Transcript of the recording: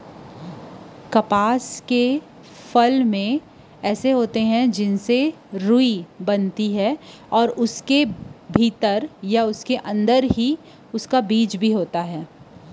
कपसा के फर होथे जउन म पोनी निकलथे तेखरे भीतरी म एखर बीजा घलो होथे